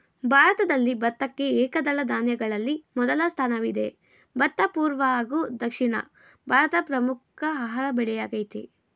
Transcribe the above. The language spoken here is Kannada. ಭಾರತದಲ್ಲಿ ಭತ್ತಕ್ಕೆ ಏಕದಳ ಧಾನ್ಯಗಳಲ್ಲಿ ಮೊದಲ ಸ್ಥಾನವಿದೆ ಭತ್ತ ಪೂರ್ವ ಹಾಗೂ ದಕ್ಷಿಣ ಭಾರತದ ಪ್ರಮುಖ ಆಹಾರ ಬೆಳೆಯಾಗಯ್ತೆ